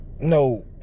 No